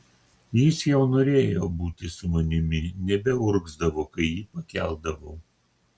jis jau norėjo būti su manimi nebeurgzdavo kai jį pakeldavau